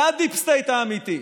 זה הדיפ סטייט האמיתי.